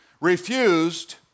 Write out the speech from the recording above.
refused